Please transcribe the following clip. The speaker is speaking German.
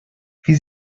wie